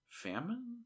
famine